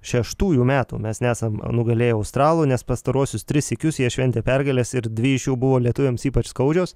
šeštųjų metų mes nesam nugalėję australų nes pastaruosius tris sykius jie šventė pergales ir dvi iš jų buvo lietuviams ypač skaudžios